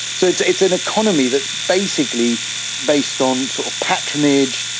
so it's it's an economy that's basically based on sort of patronage,